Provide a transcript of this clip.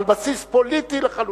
על בסיס פוליטי לחלוטין,